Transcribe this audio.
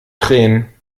tränen